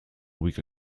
week